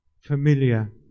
familiar